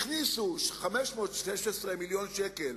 הכניסו 516 מיליון שקל